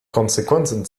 konsequenzen